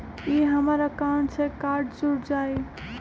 ई हमर अकाउंट से कार्ड जुर जाई?